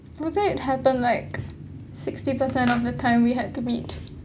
I would say it happen like sixty percent of the time we had to meet